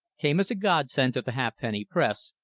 came as a godsend to the halfpenny press,